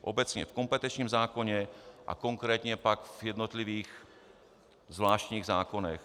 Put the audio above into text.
Obecně v kompetenčním zákoně a konkrétně pak v jednotlivých zvláštních zákonech.